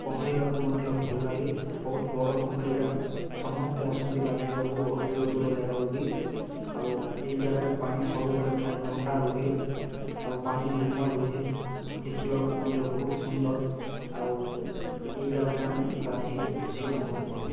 ପହଁରିବାକୁ ମଧ୍ୟ ଭଲ ଲାଗେ ବହୁତ ବଡ଼ ପୋଖରୀଟା ସମସ୍ତେ ଆସନ୍ତି ଗାଧୋଇବାକୁ ବହୁତ ଦୂର ଦୂର ଜାଗାରୁ ବି ଆଉ ଏହି ଜାଗାରେ ପାଣି ସବୁବେଳେ ଥାଏ ଥଣ୍ଡା ରୁହେ ଆଉ ପାଣି ନିର୍ମଲ ରୁହେ ଦେଖିବାକୁ ମଧ୍ୟ ବହୁତ ସୁନ୍ଦର ଆଉ ଏହି ଜାଗାରେ ଆମେ ଗାଧୋଇକି ଖୁସି ଅନୁଭବ କରୁ